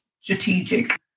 strategic